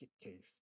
case